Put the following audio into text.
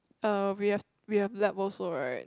uh we have we have lab also right